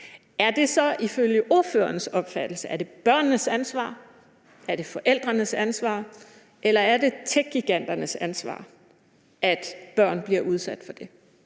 Er det så ifølge ordførerens opfattelse børnenes ansvar? Er det forældrenes ansvar? Eller er det techgiganters ansvar, at børn bliver udsat for det?